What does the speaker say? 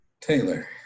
Taylor